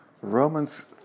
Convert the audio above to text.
Romans